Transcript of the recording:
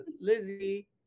Lizzie